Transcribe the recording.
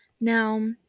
Now